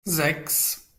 sechs